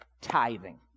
Tithing